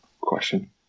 question